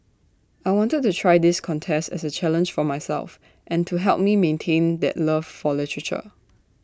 I wanted to try this contest as A challenge for myself and to help me maintain that love for literature